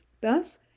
thus